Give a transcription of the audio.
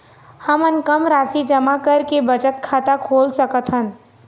हमन कम राशि जमा करके बचत खाता खोल सकथन?